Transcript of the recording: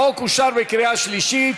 החוק אושר בקריאה שלישית,